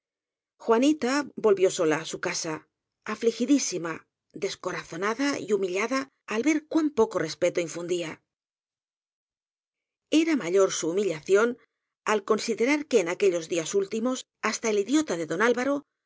juanita volvió sola á su casa afligidísima desco razonada y humillada al ver cuán poco i espeto infundía era mayor su humillación al considera que en aquellos días últimos hasta el idiota de don alvaio